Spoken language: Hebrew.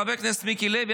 חבר הכנסת מיקי לוי,